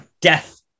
death